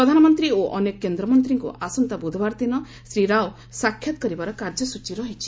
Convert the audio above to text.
ପ୍ରଧାନମନ୍ତ୍ରୀ ଓ ଅନେକ କେନ୍ଦ୍ର ମନ୍ତ୍ରୀଙ୍କୁ ଆସନ୍ତା ବୁଧବାର ଦିନ ଶ୍ରୀ ରାଓ ସାକ୍ଷାତ କରିବାର କାର୍ଯ୍ୟସଚୀ ରହିଛି